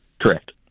Correct